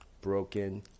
broken